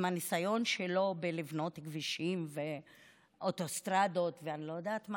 עם הניסיון שלו בלבנות כבישים ואוטוסטרדות ואני לא יודעת מה?